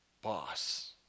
Boss